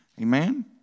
amen